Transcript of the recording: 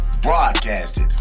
broadcasted